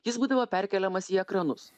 jis būdavo perkeliamas į ekranus